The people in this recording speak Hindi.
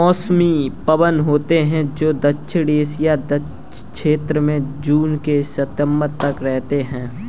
मौसमी पवन होती हैं, जो दक्षिणी एशिया क्षेत्र में जून से सितंबर तक रहती है